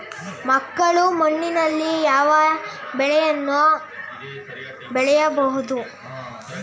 ಮೆಕ್ಕಲು ಮಣ್ಣಿನಲ್ಲಿ ಯಾವ ಬೆಳೆಯನ್ನು ಬೆಳೆಯಬಹುದು?